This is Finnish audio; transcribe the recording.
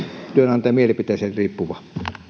työnantajan mielipiteestä riippuva